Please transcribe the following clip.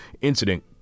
incident